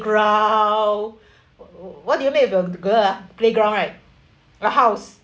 what do you make your girl ah playground right a house